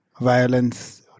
violence